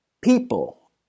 people